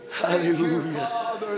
Hallelujah